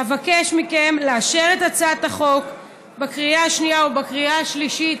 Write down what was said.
אבקש מכם לאשר את הצעת החוק בקריאה השנייה ובקריאה השלישית,